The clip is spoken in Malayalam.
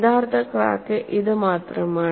യഥാർത്ഥ ക്രാക്ക് ഇത് മാത്രമാണ്